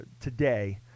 today